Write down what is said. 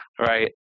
right